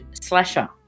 Slasher